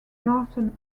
northern